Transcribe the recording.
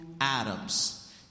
Adams